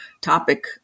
topic